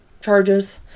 charges